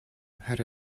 had